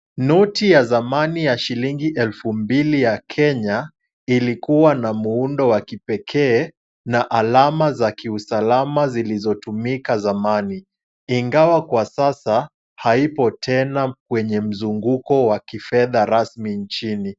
Noti ya zamani ya shilingi elfu mbili ya Kenya, ilikuwa na muundo wa kipekee, na alama za kiusalama zilizotumika zamani, ingawa kwa sasa haipo tena kwenye mzunguko wa kifedha rasmi nchini.